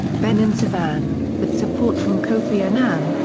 benon sevan, with support from kofi annan,